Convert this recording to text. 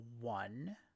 one